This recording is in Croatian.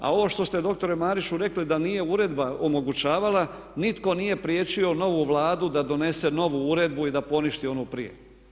A ovo što ste doktore Mariću rekli da nije uredba omogućavala nitko nije priječio novu Vladu da donese novu uredbu i da poništi onu prije.